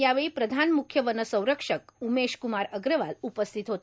यावेळी प्रधान म्ख्य वनसंरक्षक उमेशक्मार अग्रवाल उपस्थित होते